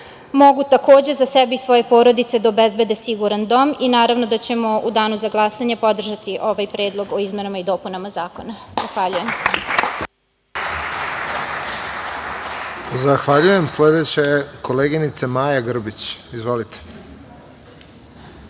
mogu takođe za sebe i svoje porodice da obezbede siguran dom. Naravno da ćemo u danu za glasanje podržati ovaj predlog o izmenama i dopunama zakona. Zahvaljujem. **Radovan Tvrdišić** Zahvaljujem. Sledeća je koleginica Maja Grbić. Izvolite.